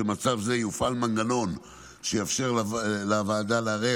שבמצב זה יופעל מנגנון שיאפשר לוועדת ערר